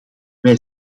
wij